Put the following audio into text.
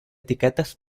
etiquetes